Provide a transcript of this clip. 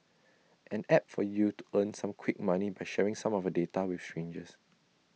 an app for you to earn some quick money by sharing some of your data with strangers